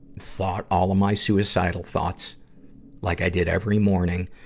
thought all of my suicidal thoughts like i did every morning,